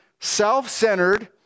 self-centered